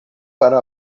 para